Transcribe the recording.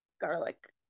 garlic